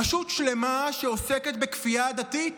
רשות שלמה שעוסקת בכפייה דתית